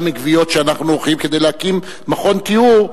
מגביות שאנחנו עורכים כדי להקים מכון טיהור,